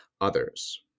others